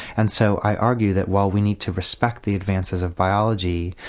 and so i argue that while we need to respect the advances of biology,